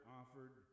offered